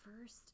first